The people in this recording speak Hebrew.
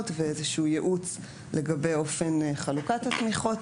ואיזשהו ייעוץ לגבי אופן חלוקת התמיכות.